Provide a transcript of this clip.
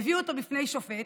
הביאו אותו בפני שופט,